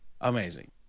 amazing